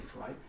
right